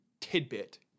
tidbit